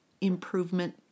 improvement